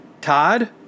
Todd